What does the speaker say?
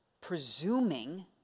presuming